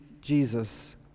Jesus